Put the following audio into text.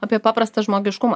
apie paprastą žmogiškumą